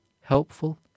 helpful